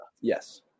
Yes